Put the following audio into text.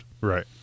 Right